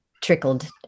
trickled